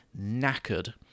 knackered